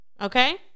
Okay